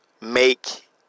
make